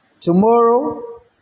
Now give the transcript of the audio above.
Tomorrow